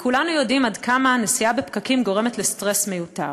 וכולנו יודעים עד כמה נסיעה בפקקים גורמת לסטרס מיותר.